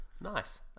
Nice